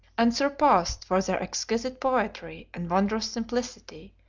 unsurpassed for their exquisite poetry and wondrous simplicity,